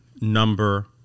number